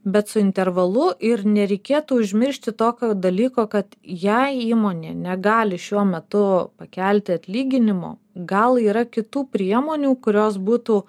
bet su intervalu ir nereikėtų užmiršti tokio dalyko kad jei įmonė negali šiuo metu pakelti atlyginimo gal yra kitų priemonių kurios būtų